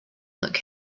look